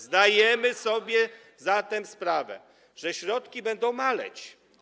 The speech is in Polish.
Zdajemy sobie zatem sprawę, że środki będą maleć.